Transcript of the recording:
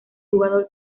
jugador